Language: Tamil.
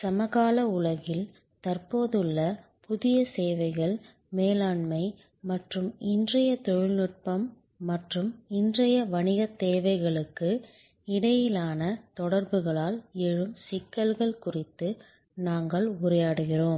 சமகால உலகில் தற்போதுள்ள புதிய சேவைகள் மேலாண்மை மற்றும் இன்றைய தொழில்நுட்பம் மற்றும் இன்றைய வணிகத் தேவைகளுக்கு இடையிலான தொடர்புகளால் எழும் சிக்கல்கள் குறித்து நாங்கள் உரையாடுகிறோம்